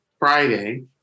Friday